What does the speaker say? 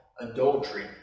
adultery